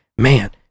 man